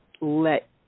let